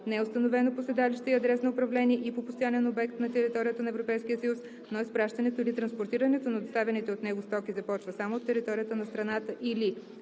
е установено по седалище и адрес на управление и по постоянен обект на територията на Европейския съюз, но изпращането или транспортирането на доставяните от него стоки започва само от територията на страната, или